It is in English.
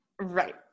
Right